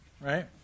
Right